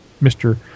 Mr